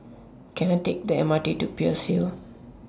Can I Take The MRT to Peirce Hill